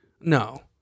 No